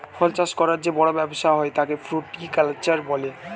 ফল চাষ করার যে বড় ব্যবসা হয় তাকে ফ্রুটিকালচার বলে